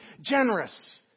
generous